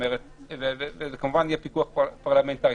וכמובן יהיה פיקוח פרלמנטרי.